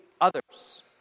others